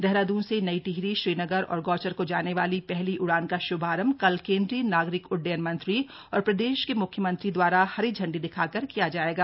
देहरादून से नई टिहरी श्रीनगर और गौचर को जाने वाली पहली उड़ान का श्भारंभ कल केन्द्रीय नागरिक उड्डयन मंत्री और प्रदेश के म्ख्यमंत्री द्वारा हरी झंडी दिखाकर किया जायेगा